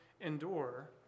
endure